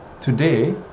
today